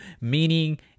meaning